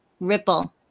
ripple